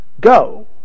go